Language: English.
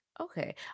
Okay